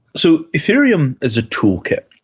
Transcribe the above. so ethereum is a toolkit,